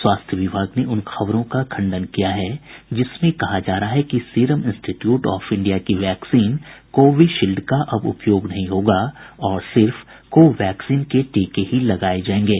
स्वास्थ्य विभाग ने उन खबरों का खंडन किया है जिसमें कहा जा रहा है कि सीरम इंस्टीट्यूट ऑफ इंडिया की वैक्सीन कोविशील्ड का अब उपयोग नहीं होगा और सिर्फ को वैक्सीन के टीके ही लगाये जायेंगे